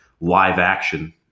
live-action